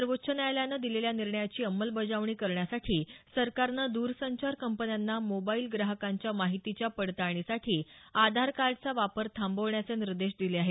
सर्वोच्च न्यायालयानं नुकत्याच दिलेल्या निर्णयाची अंमलबजावणी करण्यासाठी सरकारनं द्रसंचार कंपन्यांना मोबाईल ग्राहकांच्या माहितीच्या पडताळणीसाठी आधार कार्डचा वापर थांबवण्याचे निर्देश दिले आहेत